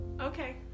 Okay